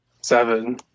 Seven